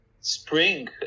spring